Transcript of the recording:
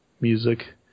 music